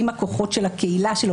עם הכוחות של הקהילה שלו,